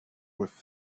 with